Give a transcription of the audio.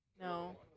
No